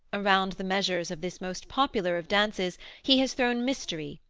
around the measures of this most popular of dances he has thrown mystery,